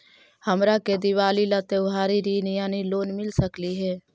हमरा के दिवाली ला त्योहारी ऋण यानी लोन मिल सकली हे?